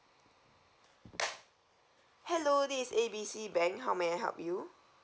hello this A B C bank how may I help you